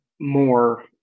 more